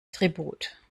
tribut